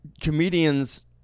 comedians